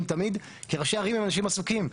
תמיד כי ראשי ערים הם אנשים עסוקים,